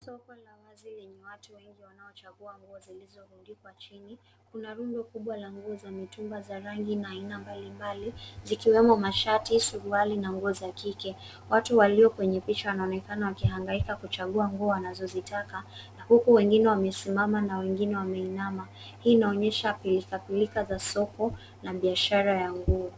Soko la wazi lenye watu wengi wanaochagua nguo zilizorundikwa chini. Kuna rundo kubwa la nguo za mitumba za rangi na aina mbali mbali, zikiwemo: mashati, suruali na nguo za kike. Watu walio kwenye picha wanaonekana wakihangaika kuchagua nguo wanazozitaka huku wengine wamesimama na wengine wamesimama. Hii inaonyesha pilkapilka za soko na biashara ya nguo.